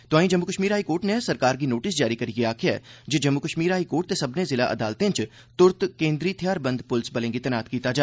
तोआई जम्मू कश्मीर हाईकोर्ट नै सरकार गी नोटिस जारी करियै आखेआ ऐ जे जम्मू कश्मीर हाई कोर्ट ते सब्मने जिला अदालतें च तुरत केन्द्री थेहारबंद पुलस बलें गी तैनात कीता जा